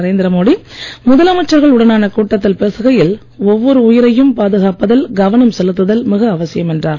நரேந்திர மோடி முதலமைச்சர்கள் உடனான கூட்டத்தில் பேசுகையில் ஒவ்வொரு உயிரையும் பாதுகாப்பதில் கவனம் செலுத்துதல் மிக அவசியம் என்றார்